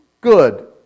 good